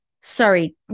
Sorry